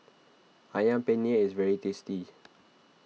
Ayam Penyet is very tasty